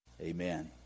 amen